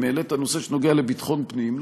אם העלית נושא שנוגע לביטחון פנים,